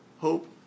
hope